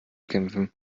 kämpfen